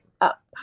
up